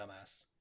dumbass